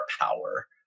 power